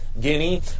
Guinea